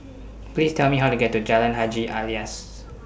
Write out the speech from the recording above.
Please Tell Me How to get to Jalan Haji Alias